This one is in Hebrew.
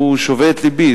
הוא שובה את לבי.